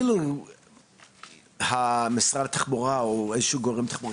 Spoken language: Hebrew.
אבל אילו משרד התחבורה או אישה שהוא גורם חלופי